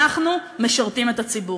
אנחנו משרתים את הציבור.